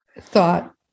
thought